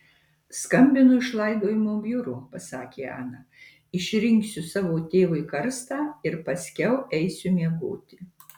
skambinu iš laidojimo biuro pasakė ana išrinksiu savo tėvui karstą ir paskiau eisiu miegoti